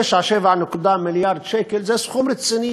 9.7 מיליארד שקל זה סכום רציני,